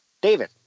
David